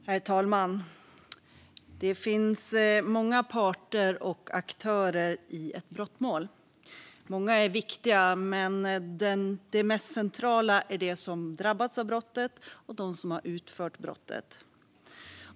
Herr talman! Det finns många parter och aktörer i ett brottmål. Många är viktiga, men de mest centrala är de som drabbats av brottet och de som har utfört brottet.